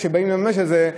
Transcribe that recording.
וכשבאים לממש את זה,